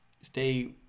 stay